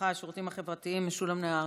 הרווחה והשירותים החברתיים משולם נהרי.